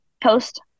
post